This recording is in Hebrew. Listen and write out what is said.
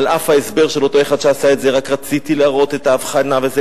על אף ההסבר של אותו אחד שעשה את זה: רק רציתי להראות את ההבחנה וזה.